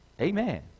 Amen